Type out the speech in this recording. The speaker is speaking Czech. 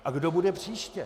A kdo bude příště?